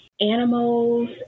animals